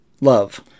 love